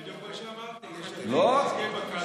בדיוק מה שאמרתי, בקלפי.